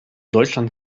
deutschland